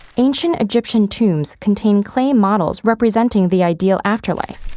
ancient egyptian tombs contain clay models representing the ideal afterlife,